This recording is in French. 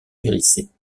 hérissées